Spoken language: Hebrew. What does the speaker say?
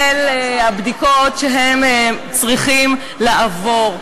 אל הבדיקות שהם צריכים לעבור.